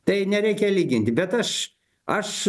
tai nereikia lyginti bet aš aš